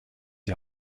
die